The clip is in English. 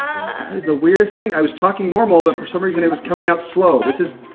is the weirdest thing i was talking normal, but for some reason it was coming out slow. this is.